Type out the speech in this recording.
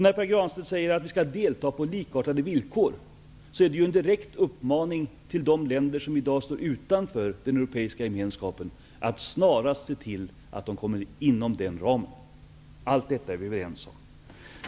När Pär Granstedt säger att vi skall delta på likartade villkor, är det ju en direkt uppmaning till de länder som i dag står utanför den europeiska gemenskapen att snarast se till att de kommer inom den ramen. Allt detta är vi överens om.